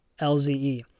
LZE